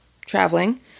traveling